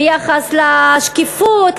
ביחס לשקיפות,